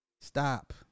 stop